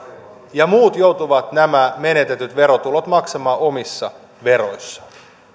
ja muut joutuvat nämä menetetyt verotulot maksamaan omissa veroissaan